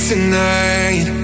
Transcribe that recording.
Tonight